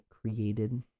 created